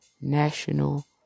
national